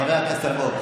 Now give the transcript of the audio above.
חבר הכנסת אלמוג.